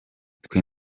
twe